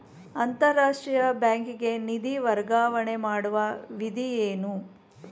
ಅಂತಾರಾಷ್ಟ್ರೀಯ ಬ್ಯಾಂಕಿಗೆ ನಿಧಿ ವರ್ಗಾವಣೆ ಮಾಡುವ ವಿಧಿ ಏನು?